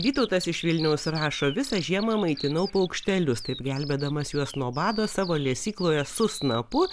vytautas iš vilniaus rašo visą žiemą maitinau paukštelius taip gelbėdamas juos nuo bado savo lesykloje su snapu